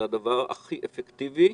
זה הדבר הכי אפקטיבי,